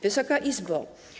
Wysoka Izbo!